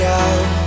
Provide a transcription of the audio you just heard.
out